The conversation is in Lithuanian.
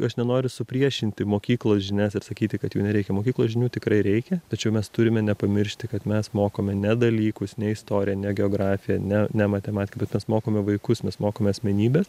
aš nenoriu supriešinti mokyklos žinias ir sakyti kad jų nereikia mokyklos žinių tikrai reikia tačiau mes turime nepamiršti kad mes mokome ne dalykus ne istoriją ne geografiją ne ne matematiką bet mes mokome vaikus mes mokome asmenybes